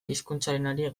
hizkuntzarenari